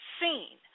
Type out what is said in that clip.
seen